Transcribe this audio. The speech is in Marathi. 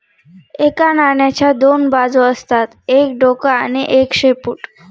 एका नाण्याच्या दोन बाजू असतात एक डोक आणि एक शेपूट